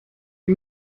die